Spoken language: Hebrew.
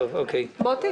מוטי